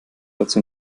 dazu